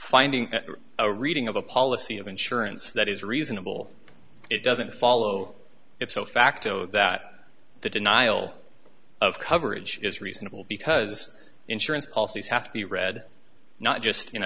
finding a reading of a policy of insurance that is reasonable it doesn't follow ipso facto that the denial of coverage is reasonable because insurance policies have to be read not just you know